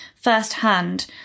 firsthand